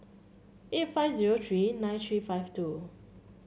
eight five zero three nine three five two